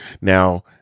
Now